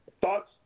thoughts